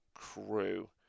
crew